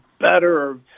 better